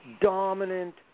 dominant